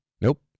Nope